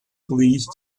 please